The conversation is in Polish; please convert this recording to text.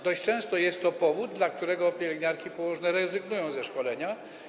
Dość często jest to powód, dla którego pielęgniarki i położne rezygnują ze szkolenia.